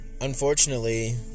unfortunately